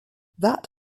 that